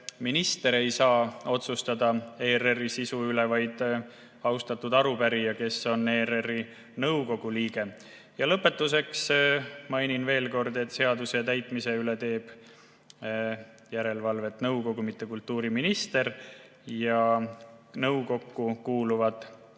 minister ei saa otsustada ERR-i sisu üle, vaid austatud arupärija, kes on ERR-i nõukogu liige. Lõpetuseks mainin veel kord, et seaduse täitmise üle teeb järelevalvet nõukogu, mitte kultuuriminister. Nõukokku kuuluvad